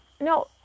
no